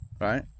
right